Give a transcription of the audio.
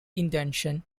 intentions